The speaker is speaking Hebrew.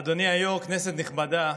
אדוני היו"ר, כנסת נכבדה,